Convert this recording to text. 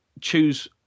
choose